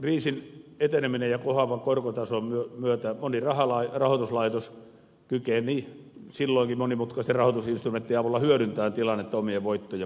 kriisin etenemisen ja kohoavan korkotason myötä moni rahoituslaitos kykeni silloinkin monimutkaisten rahoitusinstrumenttien avulla hyödyntämään tilannetta omien voittojensa maksimoimiseksi